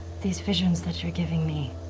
these visions that you're giving me.